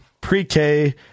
Pre-K